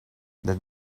that